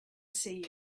see